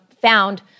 found